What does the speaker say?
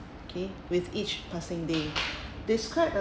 okay with each passing day describe a